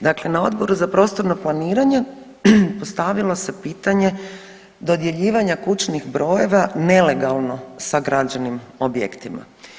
Dakle, na Odboru za prostorno planiranje postavilo se pitanje dodjeljivanja kućnih brojeva nelegalno sagrađenim objektima.